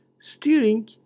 Steering